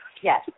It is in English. Yes